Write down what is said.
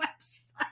Website